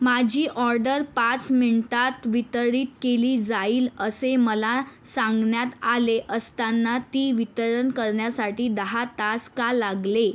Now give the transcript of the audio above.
माझी ऑडर पाच मिनिटांत वितरित केली जाईल असे मला सांगण्यात आले असताना ती वितरित करण्यासाठी दहा तास का लागले